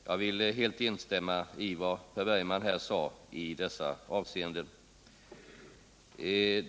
Jag vill helt instämma i vad Per Bergman sade om dessa ting.